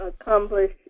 accomplish